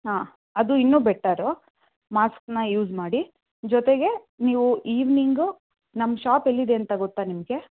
ಹಾಂ ಅದು ಇನ್ನೂ ಬೆಟರ್ರು ಮಾಸ್ಕ್ನ ಯೂಸ್ ಮಾಡಿ ಜೊತೆಗೆ ನೀವು ಈವ್ನಿಂಗು ನಮ್ಮ ಷಾಪ್ ಎಲ್ಲಿದೆ ಅಂತ ಗೊತ್ತಾ ನಿಮಗೆ